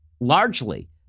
largely